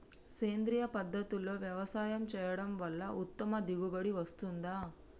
సేంద్రీయ పద్ధతుల్లో వ్యవసాయం చేయడం వల్ల ఉత్తమ దిగుబడి వస్తుందా?